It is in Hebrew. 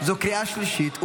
זו קריאה שלישית.